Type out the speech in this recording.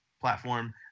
platform